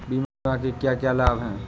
बीमा के क्या क्या लाभ हैं?